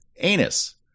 anus